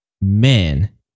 man